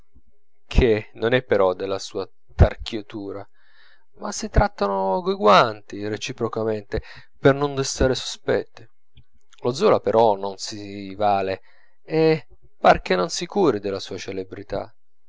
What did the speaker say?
che non è però della sua tarchiutura ma si trattano coi guanti reciprocamente per non destare sospetti lo zola però non si vale e par che non si curi della sua celebrità